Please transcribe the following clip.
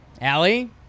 Allie